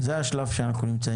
זה השלב בו אנחנו נמצאים.